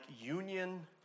union